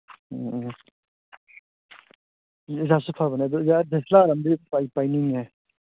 ꯎꯝ ꯎꯝ ꯑꯖꯥꯁꯁꯨ ꯐꯕꯅꯦ ꯑꯗꯣ ꯗꯤ ꯑꯦꯁ ꯑꯦꯜ ꯑꯥꯔ ꯑꯝꯗꯤ ꯄꯥꯏꯅꯤꯡꯉꯦ